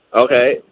Okay